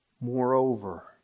Moreover